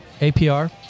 APR